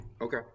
Okay